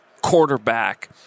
quarterback